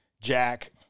Jack